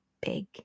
big